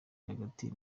hagati